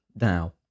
now